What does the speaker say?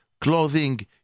clothing